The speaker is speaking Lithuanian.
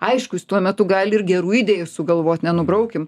aišku jis tuo metu gali ir gerų idėjų sugalvot nenubraukim